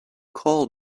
call